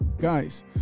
guys